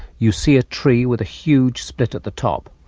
you see a tree with a huge split at the top,